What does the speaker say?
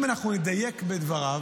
אם אנחנו נדייק בדבריו,